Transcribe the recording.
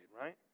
right